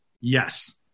yes